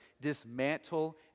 dismantle